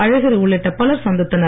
அழகரி உள்ளிட்ட பலர் சந்தித்தனர்